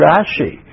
Rashi